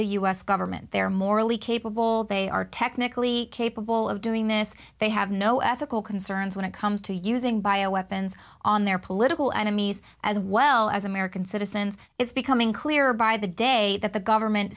the us government they are morally capable they are technically capable of doing this they have no ethical concerns when it comes to using bio weapons on their political enemies as well as american citizens it's becoming clearer by the day that the government